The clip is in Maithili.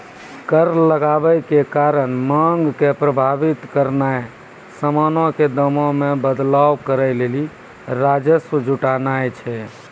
कर लगाबै के कारण मांग के प्रभावित करनाय समानो के दामो मे बदलाव करै लेली राजस्व जुटानाय छै